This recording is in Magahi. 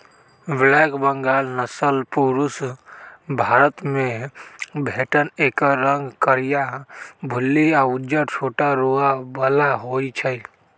ब्लैक बंगाल नसल पुरुब भारतमे भेटत एकर रंग करीया, भुल्ली आ उज्जर छोट रोआ बला होइ छइ